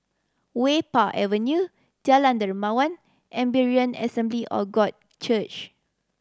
Wah Pei Avenue Jalan Dermawan and Berean Assembly of God Church